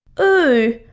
oh,